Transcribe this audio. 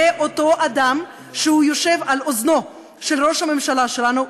זה אותו אדם שיושב על אוזנו של ראש הממשלה שלנו,